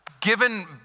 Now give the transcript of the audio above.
given